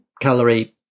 calorie